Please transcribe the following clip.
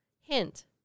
Hint